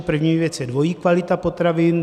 První věc je dvojí kvalita potravin.